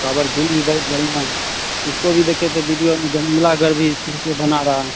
काँवर झील भी बहुत बढ़ियाँ ह इसको भी देखिए तो वीडियो में ला घर भी फिर से बना रहा है